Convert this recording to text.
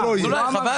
הוא לא אמר.